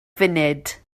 funud